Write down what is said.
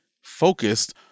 focused